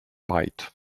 bite